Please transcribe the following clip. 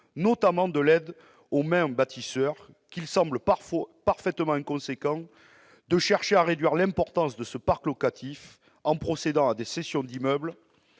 notamment de l'aide aux maires bâtisseurs ; il semble donc parfaitement inconséquent de chercher à réduire l'importance de ce parc locatif en procédant à des cessions d'immeubles